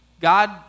God